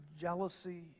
jealousy